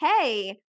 hey